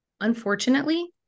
unfortunately